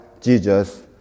Jesus